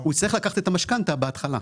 הוא יצטרך לקחת את המשכנתא בהתחלה.